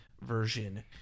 version